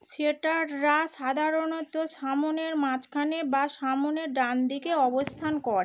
সেটাররা সাধারণত সামনের মাঝখানে বা সামনের ডান দিকে অবস্থান করে